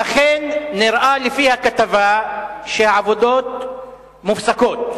ואכן נראה לפי הכתבה שהעבודות מופסקות.